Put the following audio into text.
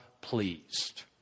pleased